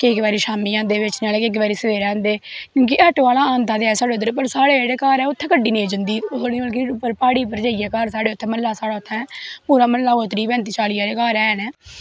केई केई बारी शाम्मी आंदे बेचने आह्ले केई केई बारी सवेरै आंदे ऑटो आह्ला आंदा ते ऐ साढ़ै उध्दर पर साढ़ै जेह्ड़े घर ऐ उत्थैं गड्डी नेंई जंदी उत्थैं मतलव कि प्हाड़ी उप्पर जाईयै घघर साढ़ी मह्ल्ला ऐ उत्थैं साढ़ा पूरा मह्ल्ला कोई त्रीह् पैंती चाली घर हारे घर हैन नै